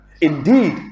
indeed